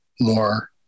more